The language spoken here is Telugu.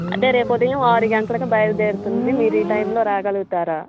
అంటే రేపు ఉదయం ఆరు గంటలకు బయలుదేరుతుంది మీరు ఈ టైంలో రాగలుగుతారా